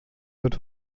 wird